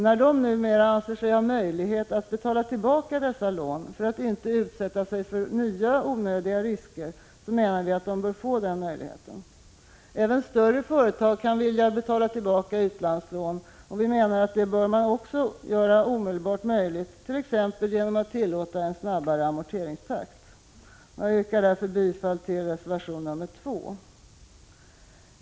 När de numera anser sig ha möjlighet att betala tillbaka dessa lån för att inte utsätta sig för nya, onödiga risker, menar vi att de bör få den möjligheten. Även större företag kan vilja betala tillbaka utlandslån. Vi menar att man omedelbart bör göra också det möjligt, t.ex. genom att tillåta en snabbare amorteringstakt. Jag yrkar därför bifall till reservation 2.